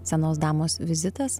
senos damos vizitas